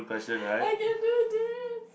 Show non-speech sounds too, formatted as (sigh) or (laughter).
(breath) I can do it do this